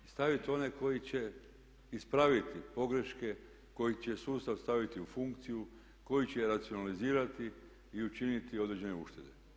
I staviti one koji će ispraviti pogreške, koji će sustav staviti u funkciju, koji će racionalizirati i učiniti određene uštede.